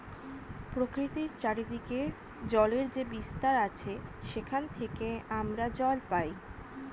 প্রকৃতির চারিদিকে জলের যে বিস্তার আছে সেখান থেকে আমরা জল পাই